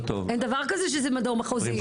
אין דבר כזה שזה מדור מחוזי.